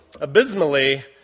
abysmally